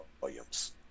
Williams